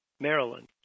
Maryland